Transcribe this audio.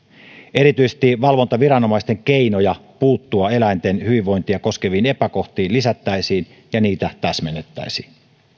erityisesti valvontaviranomaisten keinoja puuttua eläinten hyvinvointia koskeviin epäkohtiin lisättäisiin ja niitä täsmennettäisiin